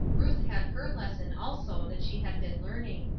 ruth had her lesson also that she had been learning.